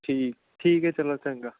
ਠੀਕ ਠੀਕ ਹੈ ਚਲੋ ਚੰਗਾ